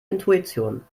intuition